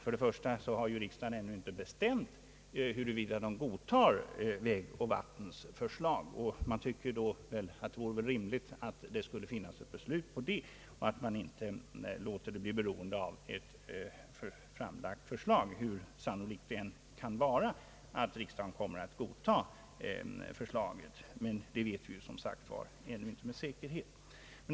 Till att börja med har riksdagen ännu inte bestämt huruvida den skall godta vägoch vattenbyggnadsstyrelsens förslag. Man tycker att det vore rimligt att ett beslut om den saken förelåg först. Den i motionen aktualiserade frågan bör inte göras beroende bara av ett framlagt förslag, hur sannolikt det än kan vara att riksdagen kommer att godta förslaget. Det vet vi emellertid ingenting om.